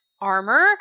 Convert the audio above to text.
armor